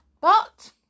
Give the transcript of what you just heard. But